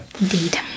Indeed